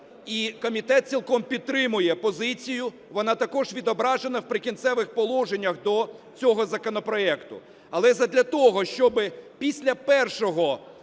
І комітет цілком підтримує позицію, вона також відображена в "Прикінцевих положеннях" до цього законопроекту. Але задля того, щоб після першого